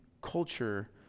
culture